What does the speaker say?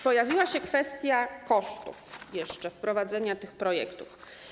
Pojawiła się kwestia kosztów wprowadzenia tych projektów.